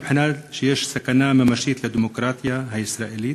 מבחינה זו שיש סכנה ממשית לדמוקרטיה הישראלית,